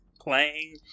playing